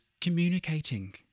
communicating